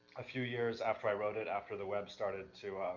a few years after i wrote it, after the web started to,